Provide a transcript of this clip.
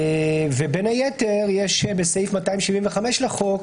בין היתר, יש בסעיף 275 לחוק,